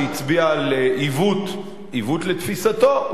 שהצביעה על עיוות לתפיסתו,